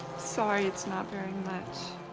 sorry it's not very much.